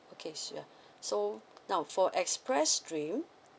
okay sure so now for express stream